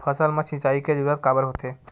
फसल मा सिंचाई के जरूरत काबर होथे?